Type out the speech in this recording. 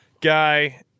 guy